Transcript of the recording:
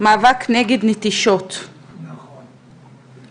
מאבק נגד נטישות וקומבינות,